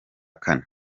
kane